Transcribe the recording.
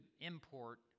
import